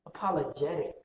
Apologetic